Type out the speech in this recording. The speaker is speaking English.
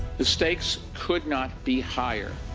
the stakes could not be higher.